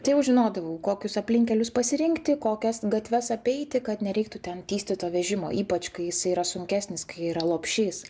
tai jau žinodavau kokius aplinkkelius pasirinkti kokias gatves apeiti kad nereiktų ten tįsti to vežimo ypač kai jisai yra sunkesnis kai yra lopšys